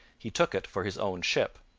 he took it for his own ship,